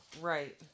Right